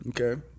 Okay